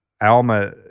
Alma